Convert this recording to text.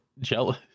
jealous